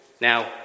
Now